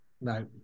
no